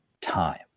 time